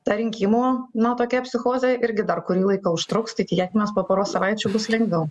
ta rinkimų na tokia psichozė irgi dar kurį laiką užtruks tai tikėkimės po poros savaičių bus lengviau